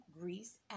Greece